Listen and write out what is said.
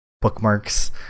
bookmarks